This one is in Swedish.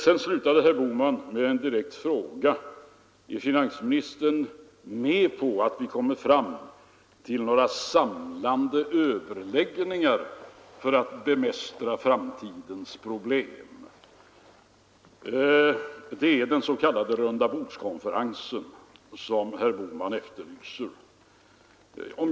Herr Bohman slutade med en direkt fråga till mig, om jag inte var beredd att medverka vid samlade överläggningar för att bemästra framtidens problem. Det är den s.k. rundabordskonferensen som herr Bohman därmed efterlyser.